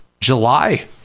july